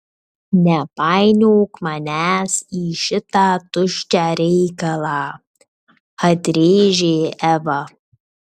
nepainiok manęs į šitą tuščią reikalą atrėžė eva